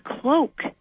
cloak